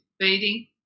feeding